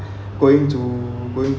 going to going